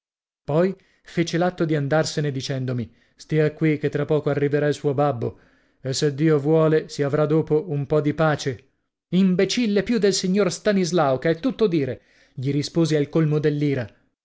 poi fece l'atto di andarsene dicendomi stia qui che tra poco arriverà il suo babbo e se dio vuole si avrà dopo un po di pace imbecille più del signor stanislao che è tutto dire gli risposi al colmo